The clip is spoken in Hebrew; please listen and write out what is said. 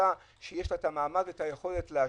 ועדה שיש לה המעמד והיכולת להשפיע.